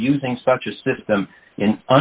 of using such a system in